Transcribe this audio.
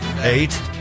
eight